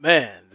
Man